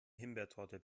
himbeertorte